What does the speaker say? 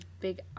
big